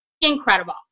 incredible